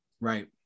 Right